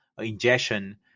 ingestion